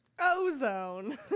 ozone